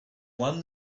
one